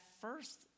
first